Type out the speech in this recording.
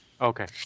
Okay